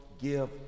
give